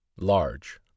large